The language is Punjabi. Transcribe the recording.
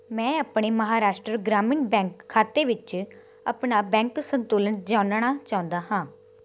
ਮੈਂ ਆਪਣੇ ਮਹਾਰਾਸ਼ਟਰ ਗ੍ਰਾਮੀਣ ਬੈਂਕ ਖਾਤੇ ਵਿੱਚ ਆਪਣਾ ਬੈਂਕ ਸੰਤੁਲਨ ਜਾਣਨਾ ਚਾਹੁੰਦਾ ਹਾਂ